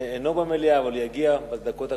שאינו במליאה אבל הוא יגיע בדקות הקרובות,